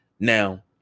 Now